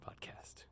Podcast